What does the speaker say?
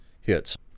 hits